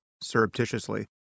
surreptitiously